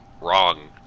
wrong